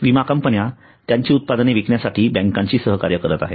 विमा कंपन्या त्यांची उत्पादने विकण्यासाठी बँकांशी सहकार्य करत आहेत